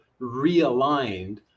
realigned